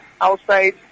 outside